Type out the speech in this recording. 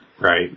Right